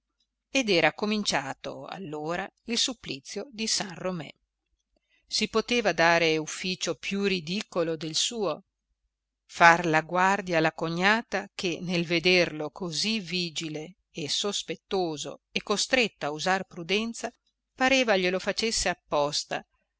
ed era cominciato allora il supplizio di san romé si poteva dare ufficio più ridicolo del suo far la guardia alla cognata che nel vederlo così vigile e sospettoso e costretto a usar prudenza pareva glielo facesse apposta